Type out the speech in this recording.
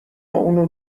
اونو